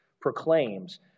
proclaims